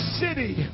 city